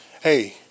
hey